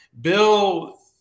Bill